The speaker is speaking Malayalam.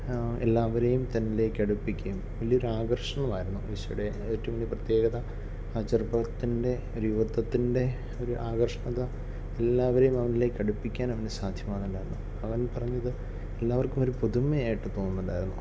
എല്ലാവരെയും തന്നിലേക്ക് അടുപ്പിക്കുകയും വലിയ ഒരു ആകർഷണമായിരുന്നു ഈശോയുടെ ഏറ്റവും വലിയ പ്രത്യേകത ആ ചെറുപ്പത്തിൻ്റെ ഒരു യുവത്വത്തിൻ്റെ ഒരു ആകർഷ്ണത എല്ലാവരേയും അവനിലേക്ക് അടുപ്പിക്കാൻ അവന് സാധ്യമാവുന്നുണ്ടായിരുന്നു അവൻ പറഞ്ഞത് എല്ലാവർക്കും ഒരു പുതുമയായിട്ട് തോന്നുന്നുണ്ടായിരുന്നു